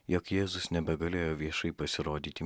jog jėzus nebegalėjo viešai pasirodyti